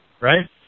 right